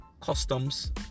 customs